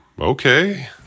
Okay